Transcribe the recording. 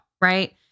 Right